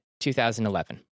2011